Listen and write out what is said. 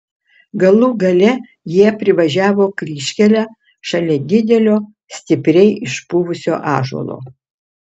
galų gale jie privažiavo kryžkelę šalia didelio stipriai išpuvusio ąžuolo